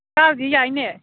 ꯀꯥꯔꯨꯁꯤ ꯌꯥꯏꯅꯦ